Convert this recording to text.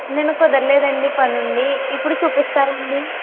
నిన్న కుదరలేదు అండి పణి ఉండి ఇప్పుడు చూపిస్తారా అండి